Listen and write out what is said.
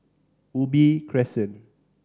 Ubi Crescent